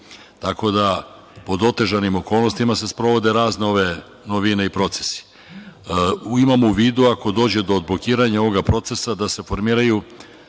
Tako da pod otežanim okolnostima se sprovode razne novine i procesi. Imamo u vidu, ako dođe do odblokiranja ovog procesa, da se formiraju